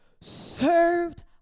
served